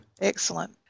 Excellent